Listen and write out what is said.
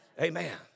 Amen